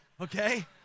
okay